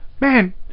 man